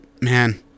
Man